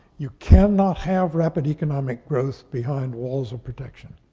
you cannot have rapid economic growth behind walls of protection.